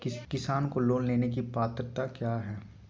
किसान को लोन लेने की पत्रा क्या है?